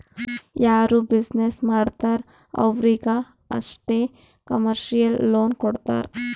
ಯಾರು ಬಿಸಿನ್ನೆಸ್ ಮಾಡ್ತಾರ್ ಅವ್ರಿಗ ಅಷ್ಟೇ ಕಮರ್ಶಿಯಲ್ ಲೋನ್ ಕೊಡ್ತಾರ್